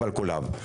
אבל קולב.